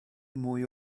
mwy